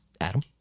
Adam